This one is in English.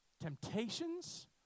Temptations